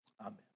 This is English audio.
Amen